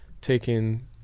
taking